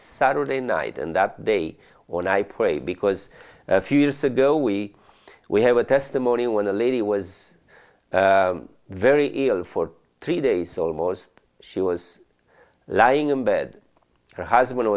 saturday night and that day when i pray because a few years ago we we have a testimony when the lady was very ill for three days or more as she was lying in bed her husband